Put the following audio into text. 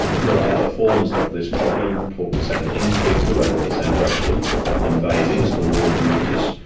there are other forms of this problem called placenta increta where the placenta actually invades into the wall of the uterus,